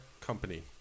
company